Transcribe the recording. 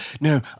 No